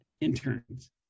interns